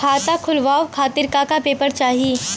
खाता खोलवाव खातिर का का पेपर चाही?